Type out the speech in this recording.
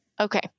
Okay